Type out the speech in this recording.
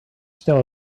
still